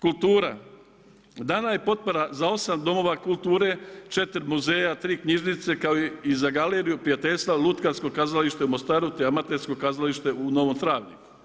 Kultura, dana je potpora za 8 domova kulture, 4 muzeja, 3 knjižnice kao i za galeriju prijateljstva lutkarsko kazalište u Mostaru te amatersko kazalište u Novom Travniku.